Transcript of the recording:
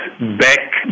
back